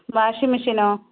washing മെഷിനോ